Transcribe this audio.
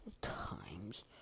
times